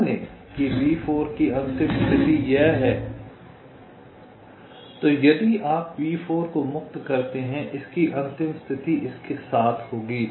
मान लें कि B4 की अंतिम स्थिति यह है यदि आप B4 को मुक्त करते हैं इसकी अंतिम स्थिति इसके साथ होगी